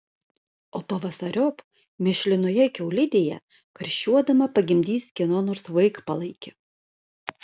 o pavasariop mėšlinoje kiaulidėje karščiuodama pagimdys kieno nors vaikpalaikį